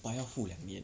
but 要付两年